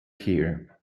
here